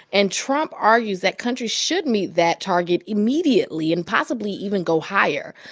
and trump argues that countries should meet that target immediately and possibly even go higher.